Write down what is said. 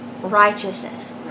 righteousness